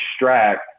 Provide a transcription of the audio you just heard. extract